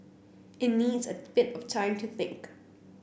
it needs a bit of time to think